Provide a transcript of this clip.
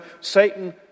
Satan